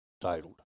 Titled